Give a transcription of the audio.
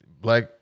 Black